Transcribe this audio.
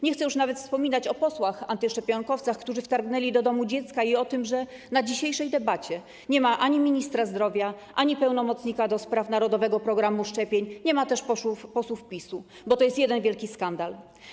Nie chcę już nawet wspominać o posłach antyszczepionkowcach, którzy wtargnęli do domu dziecka, ani o tym, że na dzisiejszej debacie nie ma ani ministra zdrowia, ani pełnomocnika do spraw narodowego programu szczepień, ani posłów PiS-u, bo to jeden wielki skandal.